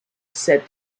said